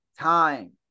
Time